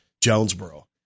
Jonesboro